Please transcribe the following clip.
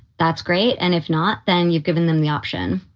that's great. and if not, then you've given them the option